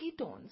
ketones